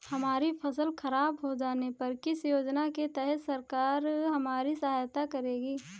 हमारी फसल खराब हो जाने पर किस योजना के तहत सरकार हमारी सहायता करेगी?